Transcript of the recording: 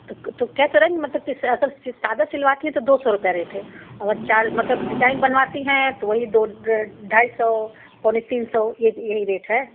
तो क तो क्या करेंगे मतलब किस तरह का मतलब सादा सिलवाती हैं तो दो सौ रुपया रेट है अगर चार मतलब डिज़ाइन बनवाती हैं तो वही दो ढाई सौ पौने तीन सौ यही रेट है